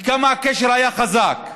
וכמה הקשר היה חזק,